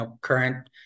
current